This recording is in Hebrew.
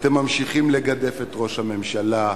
אתם ממשיכים לגדף את ראש הממשלה,